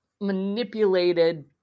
manipulated